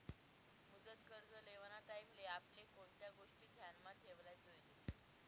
मुदत कर्ज लेवाना टाईमले आपले कोणत्या गोष्टी ध्यानमा ठेवाले जोयजेत